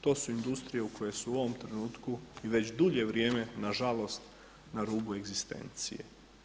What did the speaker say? To su industrije u koje su u ovom trenutku i već dulje vrijeme na žalost na rubu egzistencije.